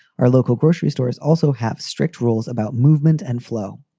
our local grocery stores also have strict rules about movement and flow.